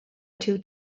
two